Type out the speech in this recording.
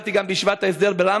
ביקרתי גם בישיבת ההסדר ברמלה.